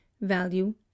value